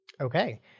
okay